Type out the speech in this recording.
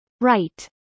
Right